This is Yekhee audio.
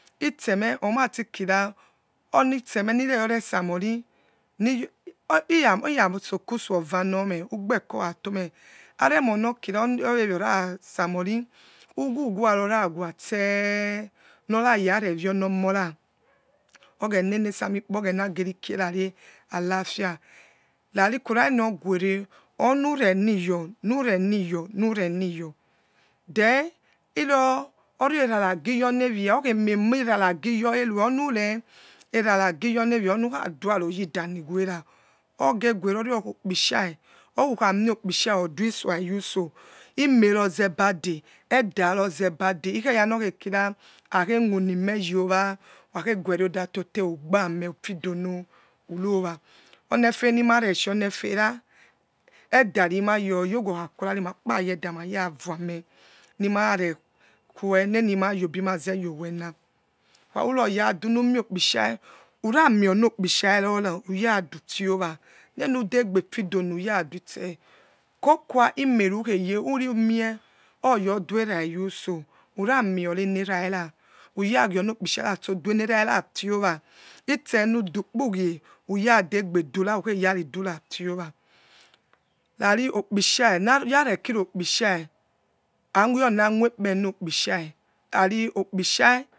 Itsemeh omabikira onitsemeh niyore samori inasoko utso ovahomi ugbeko ratome aremonokira owira samori uwu wa rora ea waste nor rayarewionom ora oghena enesamikpo oghnageri kienare alafia rari qurani oguere onu reniyo nureniyo nureniyo then iro oyo eranagi yor nevia onu khadui aroyidane wera ogeguere okhopishai okuka mio pisia oduwisa yosu ime roze bade eda roze bade ikeyere nokira okhemunime yoi owo ukhakheguere odatote ugba ameh ufidono rowaa onefe nima reshie onefera eda romayoye owokhakora makpayeda mara voumeh nimara re kuwe nenimayobi maze yowena ukharuroradu numiokpisha uramiono kpish rora uradufio owa nenudegbe fidono uyaduetse kokuwa ive rukhe ye iruemie oya oduerauso uramio enerere uyagionokpisha stodueneraru fuo owa itse nudukpu gue ugadegbedura uraridurafiowa rari okpisha nare kirokpishia ayona mookpe nopisha rari okpisha